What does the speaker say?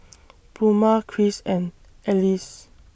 Pluma Chris and Alyce